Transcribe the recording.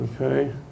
Okay